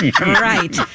right